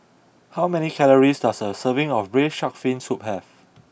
how many calories does a serving of Braised Shark Fin Soup have